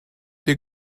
der